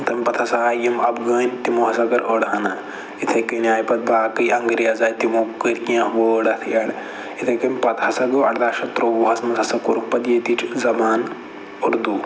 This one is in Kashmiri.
تمہ پَتہٕ ہَسا آے یِم اَفغٲنۍ تِمو ہَسا کٔر أڑ ہنا یِتھے کٔنۍ آیہِ پَتہٕ باقی انگریز آے تِمو کٔرۍ کینٛہہ وٲڈ اتھ ایٚڈ یِتھے کٔنۍ پَتہٕ ہَسا گوٚو ارداہ شتھ ترٛوٚوُہَس مَنٛز ہَسا کوٚرُکھ پَتہٕ ییٚتِچ زبان اردو